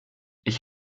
ich